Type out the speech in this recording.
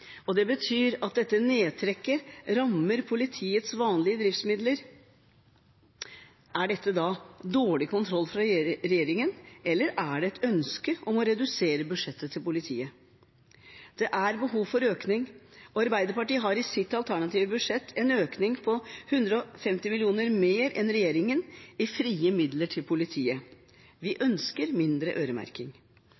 Det betyr at dette nedtrekket rammer politiets vanlige driftsmidler. Er dette da dårlig kontroll fra regjeringens side eller er det et ønske om å redusere budsjettet til politiet? Det er behov for økning, og Arbeiderpartiet har i sitt alternative budsjett en økning på 150 mill. kr mer enn regjeringen i frie midler til politiet. Vi